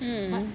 mm